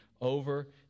over